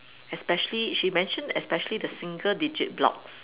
especially she mentioned especially the single digit blocks